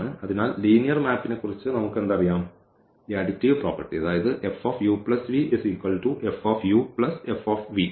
അതിനാൽ ലീനിയർ മാപ്പിനെക്കുറിച്ച് നമുക്കെന്തറിയാം ഈ അഡിറ്റീവ് പ്രോപ്പർട്ടി ആ